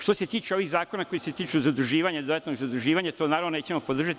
Što se tiče ovih zakona, koji se tiču zaduživanja dodatnog i zaduživanja, to nećemo podržati.